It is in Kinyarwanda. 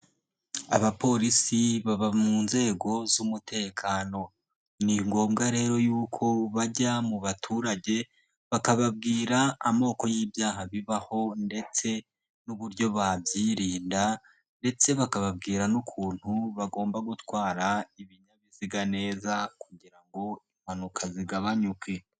Abapolisi baba mu nzego z'umutekano. Ni ngombwa rero y'uko bajya mu baturage, bakababwira amoko y'ibyaha bibaho ndetse n'uburyo babyirinda ndetse bakababwira n'ukuntu bagomba gutwara ibinyabiziga neza kugira ngo impanuka zigabanyuke.